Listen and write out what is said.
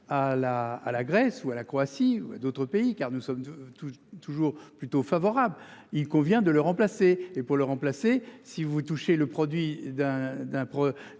à la Grèce ou à la Croatie ou d'autres pays car nous sommes tous toujours plutôt favorable. Il convient de le remplacer et pour le remplacer. Si vous touchez le produit d'un